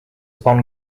upon